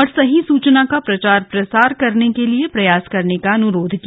और सही सूचना का प्रचार प्रसार करने के लिए प्रयास करने का अनुरोध किया